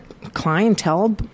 Clientele